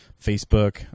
Facebook